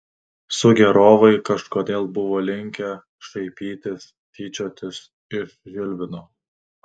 sugėrovai kažkodėl buvo linkę šaipytis tyčiotis iš žilvino